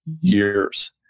years